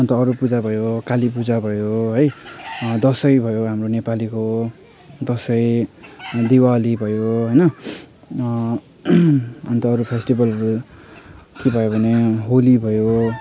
अन्त अरू पूजा भयो कालीपूजा भयो है दसैँ भयो हाम्रो नेपालीको दसैँ दिवाली भयो होइन अन्त अरू फेस्टिबलहरू के भयो भने होली भयो